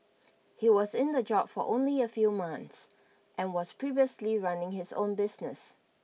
he was in the job for only a few months and was previously running his own business